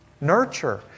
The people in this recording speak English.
nurture